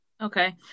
Okay